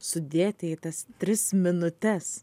sudėti į tas tris minutes